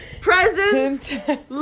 Presents